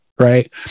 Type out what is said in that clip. right